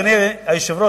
אדוני היושב-ראש,